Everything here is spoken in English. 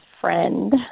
friend